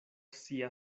sia